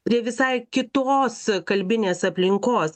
prie visai kitos kalbinės aplinkos